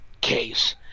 case